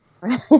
Right